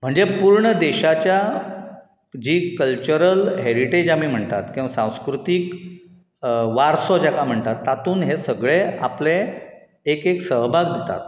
म्हणजे पुर्ण देशाच्या जी कल्चरल हॅरिटेज आमी म्हणटात किंवां सांस्कृतीक वारसो जेका म्हणटात तातूंत हे सगळे आपले एक एक सहभाग दितात